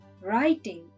Writing